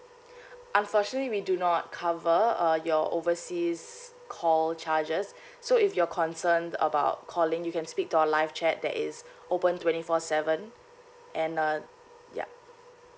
unfortunately we do not cover uh your overseas call charges so if you're concerned about calling you can speak to our live chat that is open twenty four seven and uh ya